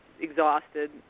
exhausted